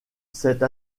cette